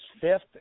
fifth